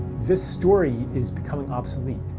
this story is becoming obsolete,